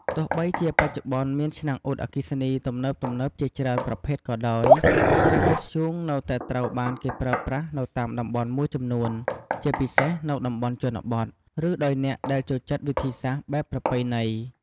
ទោះបីជាបច្ចុប្បន្នមានឆ្នាំងអ៊ុតអគ្គិសនីទំនើបៗជាច្រើនប្រភេទក៏ដោយ ឆ្នាំងអ៊ុតធ្យូងនៅតែត្រូវបានគេប្រើប្រាស់នៅតាមតំបន់មួយចំនួន ជាពិសេសនៅតំបន់ជនបទ ឬដោយអ្នកដែលចូលចិត្តវិធីសាស្ត្របែបប្រពៃណី។